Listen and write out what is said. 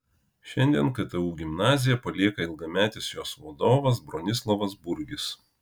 šiandien ktu gimnaziją palieka ilgametis jos vadovas bronislovas burgis